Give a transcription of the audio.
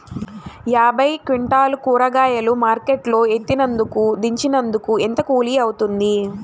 యాభై క్వింటాలు కూరగాయలు మార్కెట్ లో ఎత్తినందుకు, దించినందుకు ఏంత కూలి అవుతుంది?